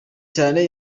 cyane